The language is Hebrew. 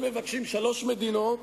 הם מבקשים שלוש מדינות